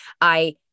I-